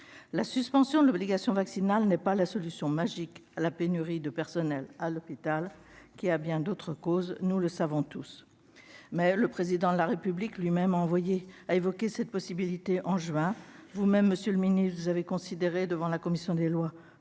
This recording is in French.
La suspension de l'obligation vaccinale n'est pas la solution magique à la pénurie de personnel à l'hôpital, qui a bien d'autres causes ; nous le savons tous ! Mais le Président de la République a évoqué une telle possibilité au mois de juin. Et vous-même, monsieur le ministre, avez considéré devant la commission des lois